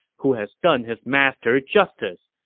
who has done his master justice.